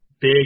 big